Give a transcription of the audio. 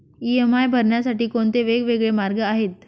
EMI भरण्यासाठी कोणते वेगवेगळे मार्ग आहेत?